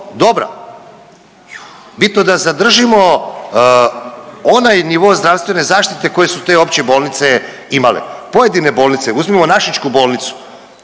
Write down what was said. dobro. Bitno da zadržimo onaj nivo zdravstvene zaštite koje su te opće bolnice imale. Pojedine bolnice, uzmimo našičku bolnicu.